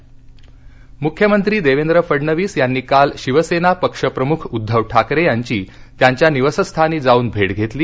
मंत्रिमंडळ मुख्यमंत्री देवेंद्र फडणविस यांनी काल शिवसेना पक्षप्रमुख उद्दव ठाकरे यांची त्यांच्या निवासस्थानी जाऊन भेट घेतली